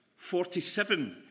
47